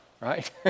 right